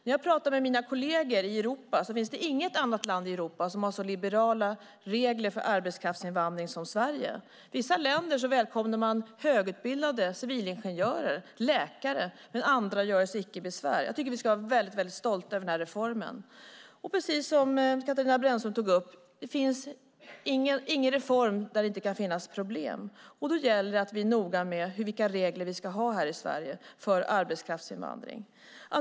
När jag pratat med mina kolleger i Europa har jag erfarit att det inte finns något annat land i Europa som har så liberala regler för arbetskraftsinvandring som Sverige. I vissa länder välkomnar man högutbildade, som civilingenjörer och läkare - andra göre sig icke besvär. Vi ska vara väldigt stolta över den här reformen. Precis som Katarina Brännström tog upp finns det ingen reform där det inte kan finnas problem. Därför gäller det att vi är noga med vilka regler vi ska ha här i Sverige för arbetskraftsinvandring.